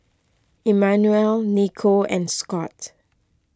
Immanuel Nikko and Scott